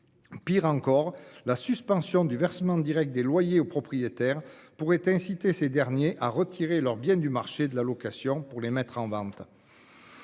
Pis encore, la suspension du versement direct des loyers aux propriétaires pourrait inciter ces derniers à retirer leurs biens du marché de la location pour les mettre en vente.